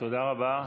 תודה רבה.